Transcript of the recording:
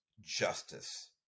justice